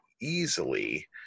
easily